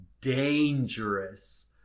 dangerous